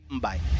Bye